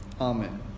Amen